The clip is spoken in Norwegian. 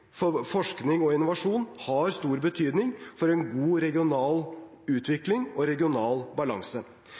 innovasjon har stor betydning for en god regional utvikling og regional balanse.